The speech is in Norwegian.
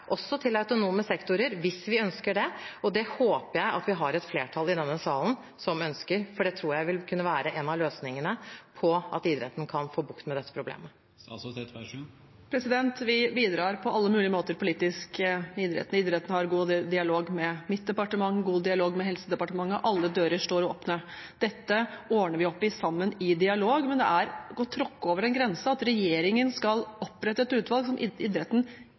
også til autonome sektorer, hvis vi ønsker det. Det håper jeg det er et flertall i denne salen som ønsker, for det tror jeg vil kunne være en av løsningene for at idretten kan få bukt med dette problemet. Vi bidrar på alle mulige måter politisk i idretten. Idretten har god dialog med mitt departement, god dialog med Helsedepartementet – alle dører står åpne. Dette ordner vi opp i sammen, i dialog, men det er å tråkke over en grense at regjeringen skal opprette et utvalg som idretten